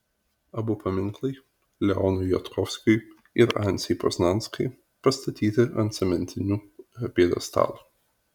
abu paminklai leonui jodkovskiui ir anciai poznanskai pastatyti ant cementinių pjedestalų